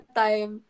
time